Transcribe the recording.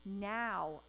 now